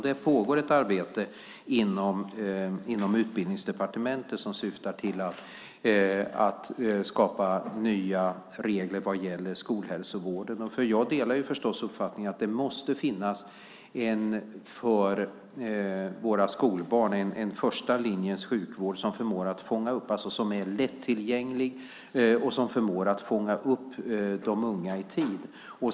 Det pågår ett arbete inom Utbildningsdepartementet som syftar till att skapa nya regler vad gäller skolhälsovården. Jag delar förstås uppfattningen att det måste finnas en första linjens sjukvård för våra skolbarn som är lättillgänglig och som förmår att fånga upp de unga i tid.